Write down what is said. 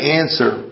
answer